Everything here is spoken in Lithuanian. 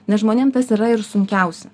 nes žmonėm tas yra ir sunkiausia